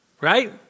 right